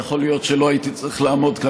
יכול להיות שלא הייתי צריך לעמוד על